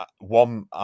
one